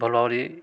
ଭଲରେ